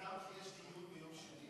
זה סוכם כי יש דיון ביום שני בוועדה.